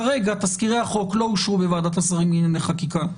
כרגע תזכירי החוק לא אושרו בוועדת השרים לענייני חקיקה.